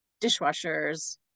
dishwashers